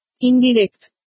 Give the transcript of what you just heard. Indirect